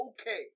okay